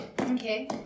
Okay